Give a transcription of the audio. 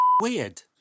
weird